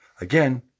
Again